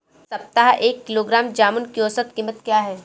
इस सप्ताह एक किलोग्राम जामुन की औसत कीमत क्या है?